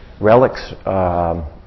relics